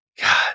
God